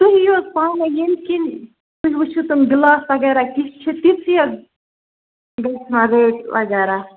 تُہۍ یِیو حظ پانَے ییٚمہِ کِنۍ تُہۍ وُچھِو تِم گِلاس وغیرہ کِژھ چھِ تِتۍسٕے حظ گَژھان ریٹ وغیرہ